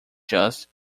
just